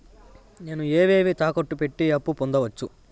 నేను ఏవేవి తాకట్టు పెట్టి అప్పు పొందవచ్చు?